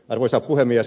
arvoisa puhemies